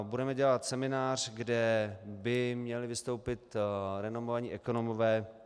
Budeme dělat seminář, kde by měli vystoupit renomovaní ekonomové.